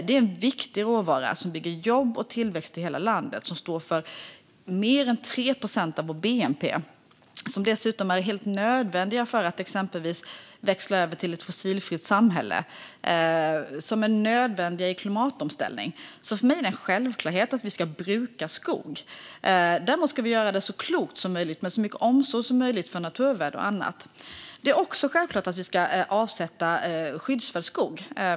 Det är en viktig råvara som bygger jobb och tillväxt i hela landet, står för mer än 3 procent av vår bnp och dessutom är helt nödvändig för att exempelvis växla över till ett fossilfritt samhälle och för klimatomställning. För mig är det alltså en självklarhet att vi ska bruka skog. Vi ska dock göra det så klokt som möjligt och med så mycket omsorg som möjligt om naturvärden och annat. Det är också självklart att vi ska avsätta skyddsvärd skog.